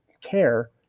care